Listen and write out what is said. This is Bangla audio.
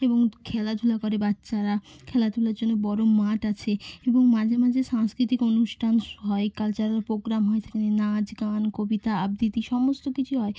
এবং খেলাধুলা করে বাচ্চারা খেলাধুলার জন্য বড়ো মাঠ আছে এবং মাঝে মাঝে সাংস্কৃতিক অনুষ্ঠান হয় কালচারাল প্রোগ্রাম হয় সেখানে নাচ গান কবিতা আবৃতি সমস্ত কিছুই হয়